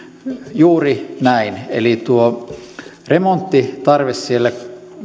juuri näin eli tuo remonttitarve siellä